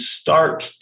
start